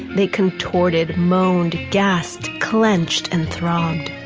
they contorted, moaned, gasped, clenched and throbbed.